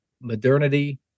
modernity